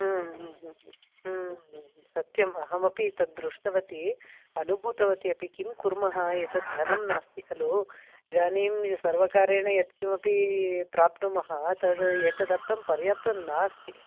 सत्यम् अहमपि तत् दृष्टवती अनुभूतवती अपि किं कुर्मः एतत् धनं नास्ति खलु इदानीं सर्वकारेण यत् किमपि प्राप्नुमः तत् एतदर्थं पर्याप्तं नास्ति